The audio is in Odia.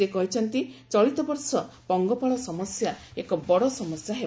ସେ କହିଛନ୍ତି ଚଳିତ ବର୍ଷ ପଙ୍ଗପାଳ ସମସ୍ୟା ଏକ ବଡ଼ ସମସ୍ୟା ହେବ